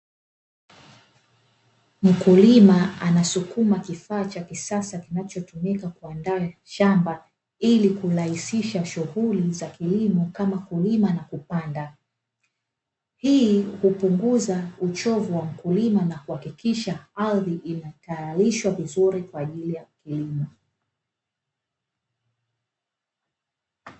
Mkulima anasukuma kifaa cha kisasa kinachotumika kuandaa shamba, ili kurahisisha shughuli za kilimo kama kulima na kupanda. Hii hupunguza uchovu wa mkulima na kuhakikisha ardhi inatayarishwa vizuri kwa ajili kilimo.